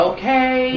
Okay